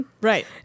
Right